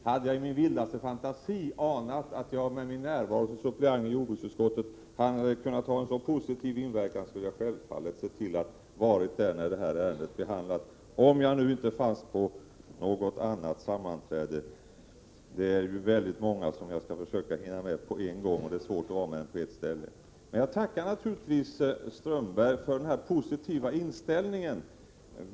Hade jag i min vildaste fantasi anat att jag med min närvaro som suppleant i jordbruksutskottet skulle ha kunnat ha en så positiv inverkan, skulle jag självfallet ha sett till att vara närvarande där när detta ärende behandlades — om jag nu inte var på något annat sammanträde; det är ju många sammanträden som jag skall försöka hinna med, och det är svårt att vara på mer än ett ställe samtidigt. Jag tackar naturligtvis Håkan Strömberg för hans positiva inställning.